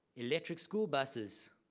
electric school buses,